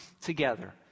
together